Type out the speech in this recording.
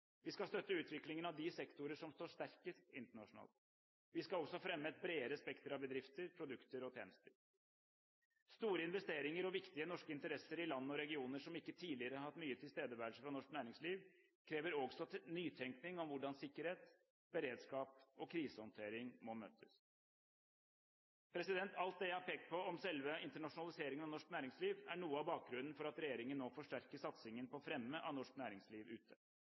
Vi skal støtte utviklingen av de sektorer som står sterkest internasjonalt. Vi skal også fremme et bredere spekter av bedrifter, produkter og tjenester. Store investeringer og viktige norske interesser i land og regioner som ikke tidligere har hatt mye tilstedeværelse fra norsk næringsliv, krever også nytenking om hvordan sikkerhet, beredskap og krisehåndtering må møtes. Alt dette jeg har pekt på om selve internasjonaliseringen av norsk næringsliv, er noe av bakgrunnen for at regjeringen nå forsterker satsingen på fremme av norsk næringsliv.